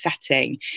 setting